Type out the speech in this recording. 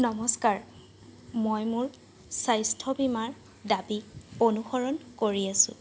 নমস্কাৰ মই মোৰ স্বাস্থ্য বীমাৰ দাবী অনুসৰণ কৰি আছোঁ